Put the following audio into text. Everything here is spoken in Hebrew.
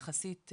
יחסית,